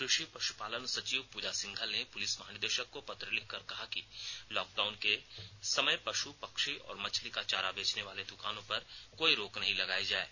कृषि पशुपालन सचिव पूजा सिंघल ने पुलिस महानिदेशक को पत्र लिखकर कहा है कि लॉकडाउन के समय पशु पक्षी और मछली का चारा बेचने वाले दुकानों पर कोई रोक नहीं लगायी जाये